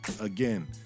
again